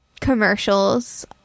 commercials